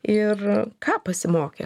ir ką pasimokė